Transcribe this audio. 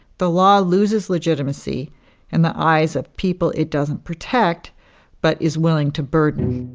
the law loses legitimacy in the eyes of people it doesn't protect but is willing to burden